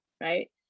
right